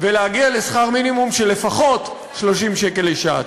ולהגיע לשכר מינימום של לפחות 30 שקל לשעה.